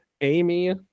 Amy